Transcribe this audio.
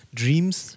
dreams